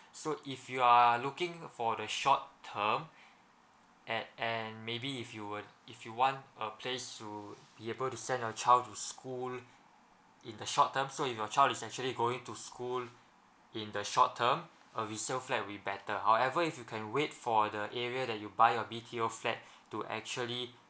so if you are looking for the short term at and maybe if you would if you want a place to be able to send your child to school in the short term so if your child is actually going to school in the short term a resale flat will better however if you can wait for the area that you buy a B_T_O flat to actually